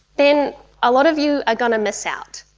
then a lot of you are going to miss out.